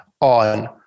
on